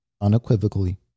unequivocally